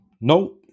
no